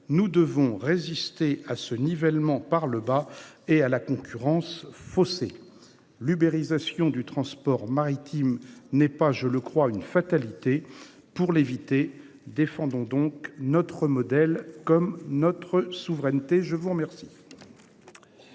nous devons résister au nivellement par le bas et à la concurrence faussée. L'ubérisation du transport maritime n'est pas une fatalité. Pour l'éviter, défendons notre modèle, comme notre souveraineté. La parole